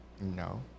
No